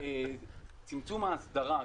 צמצום האסדרה גם.